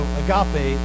agape